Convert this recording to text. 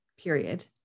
period